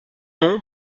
nom